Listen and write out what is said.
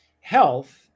Health